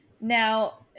now